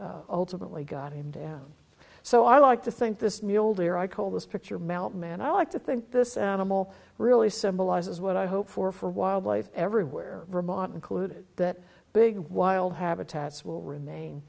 know ultimately got him down so i like to think this meal there i call this picture mountain man i like to think this animal really symbolizes what i hope for for wildlife everywhere vermont included that big wild habitats will remain